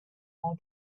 more